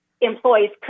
employees